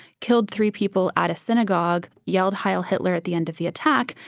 killed three people at a synagogue, yelled heil hitler at the end of the attack,